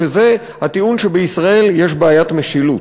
שזה הטיעון שבישראל יש בעיית משילות.